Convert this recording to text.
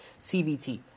CBT